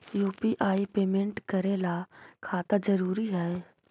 UPI payment करे ला खाता जरूरी है?